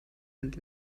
und